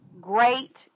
great